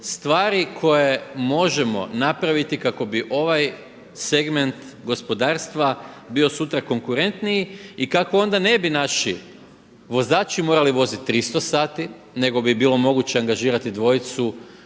stvari koje možemo napraviti kako bi ovaj segment gospodarstva bio sutra konkurentniji i kako onda ne bi naši vozači morali voziti 300 sati nego bi bilo moguće angažirati dvojcu,